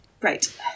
Right